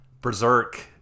Berserk